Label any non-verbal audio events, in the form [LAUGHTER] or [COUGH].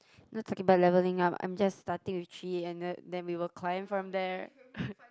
not talking about leveling up I'm just starting with three and then then we will climb from there [BREATH]